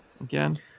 again